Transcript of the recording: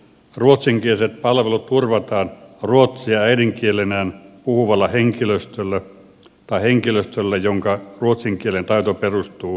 ruotsinkieliset palvelut turvataan ruotsia äidinkielenään puhuvalla henkilöstöllä tai henkilöstöllä jonka ruotsin kielen taito perustuu vapaaehtoiseen opiskeluun